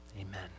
Amen